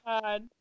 God